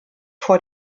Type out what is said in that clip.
vor